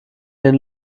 den